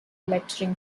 lecturing